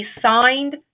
signed